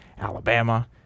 Alabama